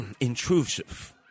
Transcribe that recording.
intrusive